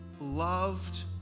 loved